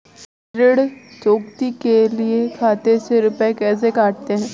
ऋण चुकौती के लिए खाते से रुपये कैसे कटते हैं?